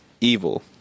evil